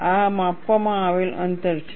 આ માપવામાં આવેલ અંતર છે